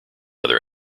other